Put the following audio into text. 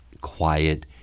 quiet